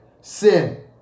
sin